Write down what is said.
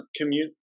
Commute